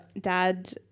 dad